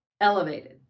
Elevated